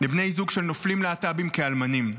בבני זוג של נופלים להט"בים, כאלמנים.